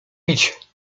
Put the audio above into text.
bić